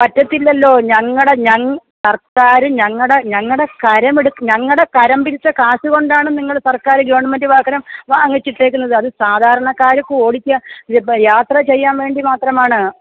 പറ്റത്തില്ലല്ലോ ഞങ്ങളുടെ ഞങ്ങളുടെ സർക്കാര് ഞങ്ങളുടെ ഞങ്ങളുടെ കരമെടുത്ത് ഞങ്ങളുടെ കരം പിരിച്ച കാശ് കൊണ്ടാണ് നിങ്ങള് സർക്കാര് ഗവൺമെന്റ് വാഹനം വാങ്ങിച്ചിട്ടേക്കുന്നത് അത് സാധാരണക്കാര്ക്ക് ഓടിക്കാൻ ഇപ്പോള് യാത്ര ചെയ്യാൻ വേണ്ടി മാത്രമാണ്